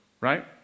right